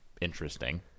interesting